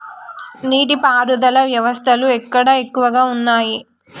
నీటి పారుదల వ్యవస్థలు ఎక్కడ ఎక్కువగా ఉన్నాయి?